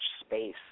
space